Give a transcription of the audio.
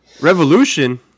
Revolution